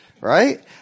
Right